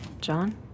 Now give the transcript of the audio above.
John